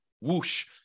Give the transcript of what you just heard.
whoosh